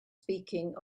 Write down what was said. speaking